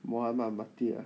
mohamad mati ah